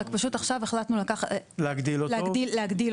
רק פשוט עכשיו החלטנו להגדיל אותו